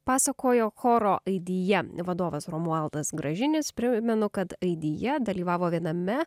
pasakojo choro aidije vadovas romualdas gražinis primenu kad aidije dalyvavo viename